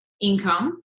income